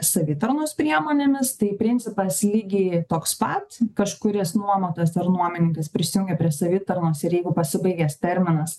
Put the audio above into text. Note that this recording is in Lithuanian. savitarnos priemonėmis tai principas lygiai toks pat kažkuris nuomotojas ar nuomininkas prisijungia prie savitarnos ir jeigu pasibaigęs terminas